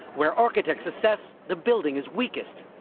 where architects assess the building is weakest.